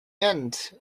end